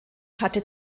hatte